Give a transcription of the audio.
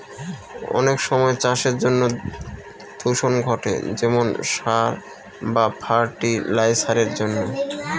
অনেক সময় চাষের জন্য দূষণ ঘটে যেমন সার বা ফার্টি লাইসারের জন্য